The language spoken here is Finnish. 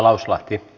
kiitos